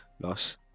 loss